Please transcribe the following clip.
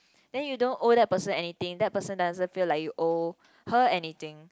then you don't owe that person anything that person doesn't feel like you owe her anything